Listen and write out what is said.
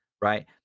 right